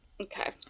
Okay